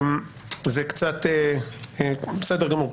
בסדר גמור,